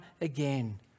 again